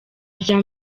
rya